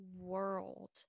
world